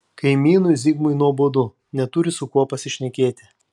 kaimynui zigmui nuobodu neturi su kuo pasišnekėti